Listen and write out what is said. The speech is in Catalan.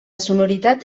sonoritat